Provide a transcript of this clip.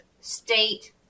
state